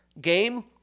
game